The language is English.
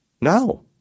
No